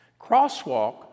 crosswalk